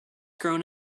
grown